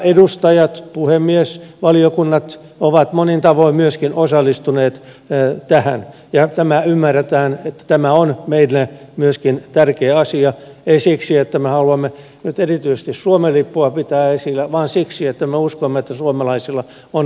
edustajat puhemies valiokunnat ovat monin tavoin myöskin osallistuneet tähän ja tämä ymmärretään että tämä on meille myöskin tärkeä asia ei siksi että me haluamme nyt erityisesti suomen lippua pitää esillä vaan siksi että me uskomme että suomalaisilla on annettavaa